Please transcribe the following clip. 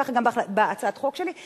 וככה גם כתוב בהצעת החוק שלי,